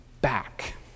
back